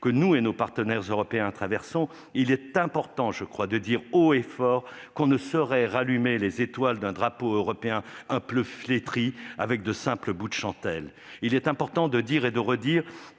que nous et nos partenaires européens traversons, il est important de clamer haut et fort qu'on ne saurait rallumer les étoiles d'un drapeau européen un peu flétri avec de simples bouts de chandelles. Il est important de dire et de redire